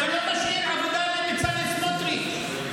אתה לא משאיר עבודה לבצלאל סמוטריץ'.